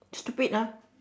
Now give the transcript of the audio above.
stupid ah